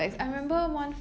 fifty cents